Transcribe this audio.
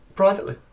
privately